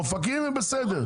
אופקים הם בסדר.